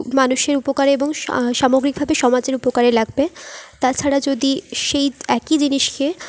মানুষের উপকারে এবং সামগ্রিকভাবে সমাজের উপকারে লাগবে তাছাড়া যদি সেই একই জিনিসকে